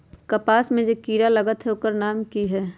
कपास में जे किरा लागत है ओकर कि नाम है?